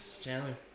Chandler